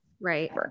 Right